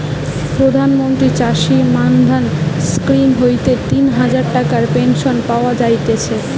প্রধান মন্ত্রী চাষী মান্ধান স্কিম হইতে তিন হাজার টাকার পেনশন পাওয়া যায়তিছে